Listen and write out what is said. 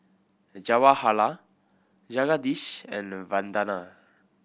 Jawaharlal Jagadish and Vandana